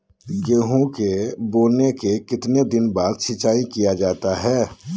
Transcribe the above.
गेंहू के बोने के कितने दिन बाद सिंचाई किया जाता है?